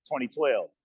2012